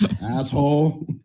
Asshole